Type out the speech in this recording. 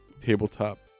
tabletop